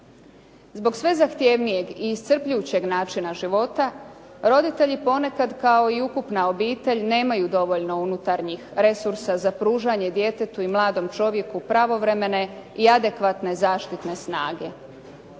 Zbog sve zahtjevnijeg i iscrpljujućeg načina života roditelji ponekad, kao i ukupna obitelj nemaju dovoljno unutarnjih resursa za pružanje djetetu i mladom čovjeku pravovremene i adekvatne zaštitne snage.